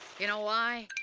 you know why?